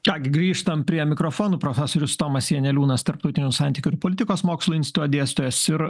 ką gi grįžtam prie mikrofonų profesorius tomas janeliūnas tarptautinių santykių ir politikos mokslų instituto dėstytojas ir